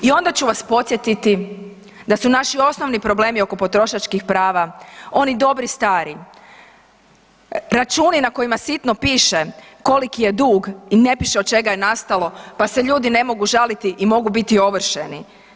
I onda ću vas podsjetiti da su naši osnovni problemi oko potrošačkih prava oni dobri stari računi na kojima sitno piše koliki je dug i ne piše od čega je nastalo pa se ljudi ne mogu žaliti i mogu biti ovršeni.